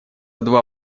два